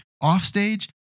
Offstage